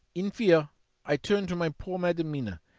in fear i turned to my poor madam mina,